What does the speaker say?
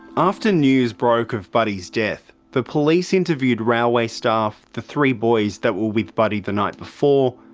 after news broke of buddy's death, the police interviewed railway staff, the three boys that were with buddy the night before,